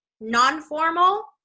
non-formal